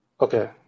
Okay